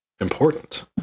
important